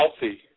healthy